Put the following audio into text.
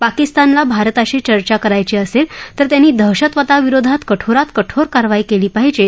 पाकिस्तानला भारताशी चर्चा करायची असेल तर त्यांनी दहशतवादाविरुद्ध कठोरात कठोर कारवाई केली पाहिजे